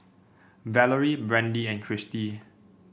Valorie Brandee and Christy